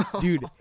dude